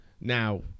now